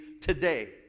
today